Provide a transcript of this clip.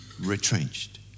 retrenched